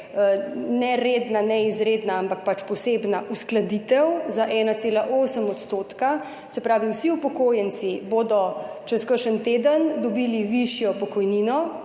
ne redna ne izredna, ampak posebna uskladitev za 1,8 %. Se pravi, vsi upokojenci bodo čez kakšen teden dobili višjo pokojnino,